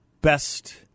best